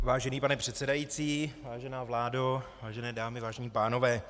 Vážený pane předsedající, vážená vládo, vážené dámy, vážení pánové.